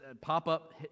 pop-up